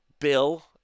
Bill